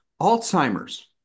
Alzheimer's